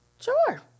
sure